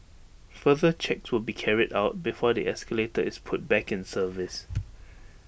further checks will be carried out before the escalator is put back in service